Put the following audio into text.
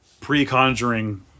pre-Conjuring